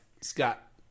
Scott